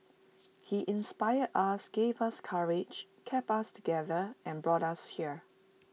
he inspired us gave us courage kept us together and brought us here